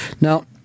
Now